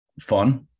fun